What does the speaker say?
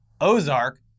Ozark